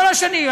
כל השנים.